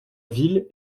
ville